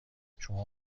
شما